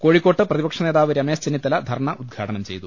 കോഴിക്കോട്ട് പ്രതിപക്ഷനേതാവ് രമേശ് ചെന്നിത്തല ധർണ ഉദ്ഘാടനം ചെയ്തു